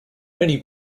many